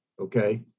okay